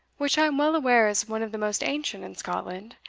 which i am well aware is one of the most ancient in scotland,